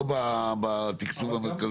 לא בתקצוב המרכזי.